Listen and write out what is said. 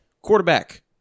Quarterback